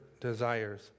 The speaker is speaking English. desires